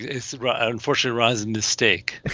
it's ah unfortunate rozin mistake.